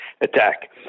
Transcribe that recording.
attack